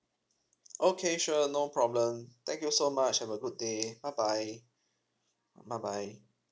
okay sure no problem thank you so much have a good day bye bye bye bye